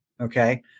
okay